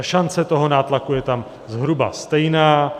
Šance nátlaku je tam zhruba stejná.